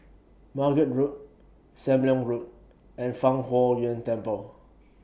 Margate Road SAM Leong Road and Fang Huo Yuan Temple